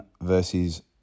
versus